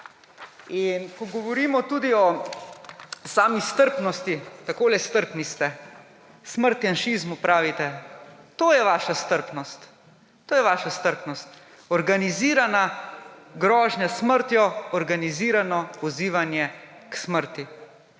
In ko govorimo tudi o sami strpnosti, takole strpni ste. »Smrt janšizmu,« pravite. To je vaša strpnost. To je vaša strpnost! Organizirana grožnja s smrtjo, organizirano pozivanje k smrti.